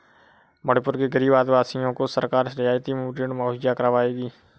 मणिपुर के गरीब आदिवासियों को सरकार रियायती ऋण मुहैया करवाएगी